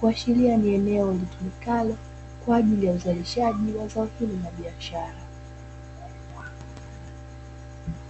kuashiria ni eneo litumikalo kwa ajili ya uzalishaji wa zao hilo la biashara.